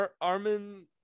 Armin